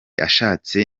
ashatse